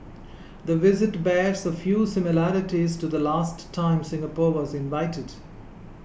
the visit bears a few similarities to the last time Singapore was invited